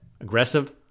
aggressive